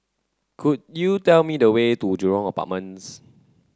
could you tell me the way to Jurong Apartments